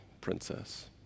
princess